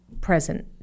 present